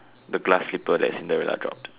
the glass slipper that Cinderella dropped